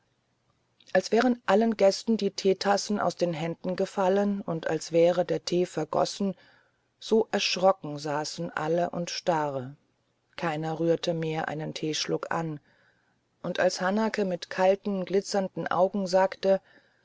als wären allen gästen die teetassen aus den händen gefallen und als wäre der tee vergossen so erschrocken saßen alle und starr keiner rührte mehr einen teeschluck an und als hanake mit kalten glitzernden augen sagte